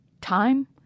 Time